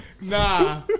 Nah